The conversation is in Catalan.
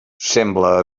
sembla